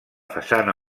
façana